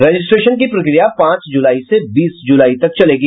registration की प्रक्रिया पांच जुलाई से बीस जुलाई तक चलेगी